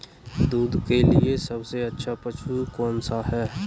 दूध के लिए सबसे अच्छा पशु कौनसा है?